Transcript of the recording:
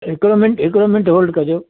हिकिड़ो मिंट हिकिड़ो minute hold कजो